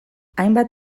hainbat